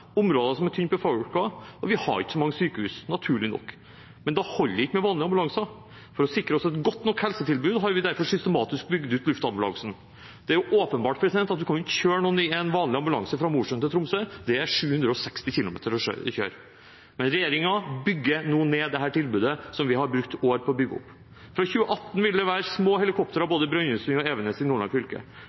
områder som er tynt befolket, og vi har ikke så mange sykehus – naturlig nok. Men da holder det ikke med vanlige ambulanser. For å sikre oss et godt nok helsetilbud har vi derfor systematisk bygd ut luftambulansen. Det er åpenbart at en kan ikke kjøre noen i en vanlig ambulanse fra Mosjøen til Tromsø – det er 760 kilometer å kjøre. Men regjeringen bygger nå ned dette tilbudet, som vi har brukt år på å bygge opp. Fra 2018 vil det være små helikopter i både Brønnøysund og Evenes i Nordland fylke.